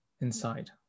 inside